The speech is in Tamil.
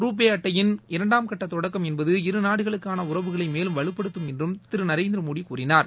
ருபே அட்டையின் இரண்டாம் கட்ட தொடக்கம் என்பது இரு நாடுகளுக்கான உறவுகளை மேலும் வலுப்படுத்தும் என்றும் திரு நரேந்திரமோடி கூறினார்